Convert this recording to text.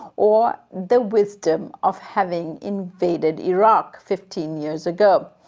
or the wisdom of having invaded iraq fifteen years ago.